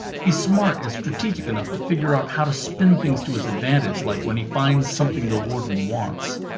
he's smart and strategic enough to figure out how to spin things to his advantage, like when he finds something the warden wants.